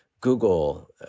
Google